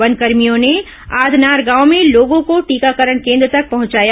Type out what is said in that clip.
वनकर्भियों ने आदनार गांव में लोगों को टीकाकरण केन्द्र तक पहंचाया